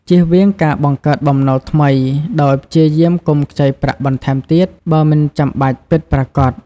ជៀសវាងការបង្កើតបំណុលថ្មី ដោយព្យាយាមកុំខ្ចីប្រាក់បន្ថែមទៀត បើមិនចាំបាច់ពិតប្រាកដ។